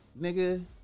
nigga